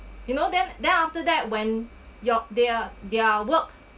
you know then then after that when you're they're their work